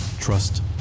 trust